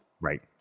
Right